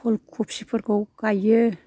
फुल कबिफोरखौ गायो